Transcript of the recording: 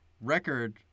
record